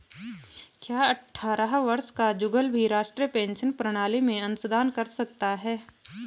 क्या अट्ठारह वर्ष का जुगल भी राष्ट्रीय पेंशन प्रणाली में अंशदान कर सकता है?